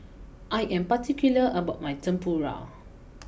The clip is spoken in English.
I am particular about my Tempura